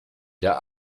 der